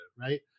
right